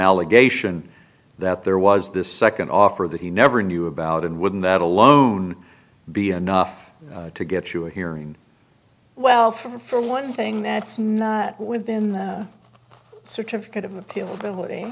allegation that there was this second offer that he never knew about and when that alone be enough to get you a hearing well for one thing that's not within the certificate of appeal ability